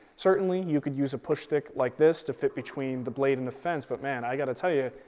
certainly you could use a push stick like this to fit between the blade and the fence, but man, i gotta tell ya,